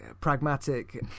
pragmatic